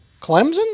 clemson